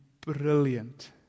brilliant